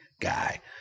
guy